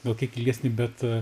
gal kiek ilgesnį bet